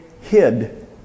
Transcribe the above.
hid